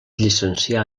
llicencià